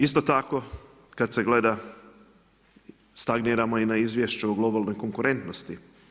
Isto tako kad se gleda stagniramo i na izvješću o globalnoj konkurentnosti.